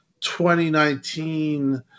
2019